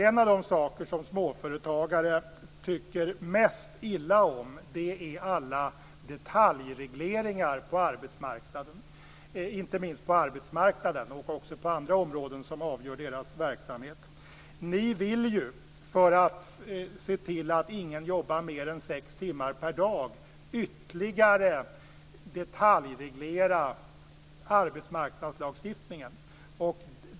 En av de saker som småföretagare tycker mest illa om är alla detaljregleringar inte minst på arbetsmarknaden men även på andra områden som avgör deras verksamhet. Miljöpartiet vill ju, för att se till att ingen jobbar mer än sex timmar per dag, ytterligare detaljreglera arbetsmarknadslagstiftningen.